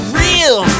real